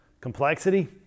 Complexity